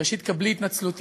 ראשית, קבלי את התנצלותי.